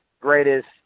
greatest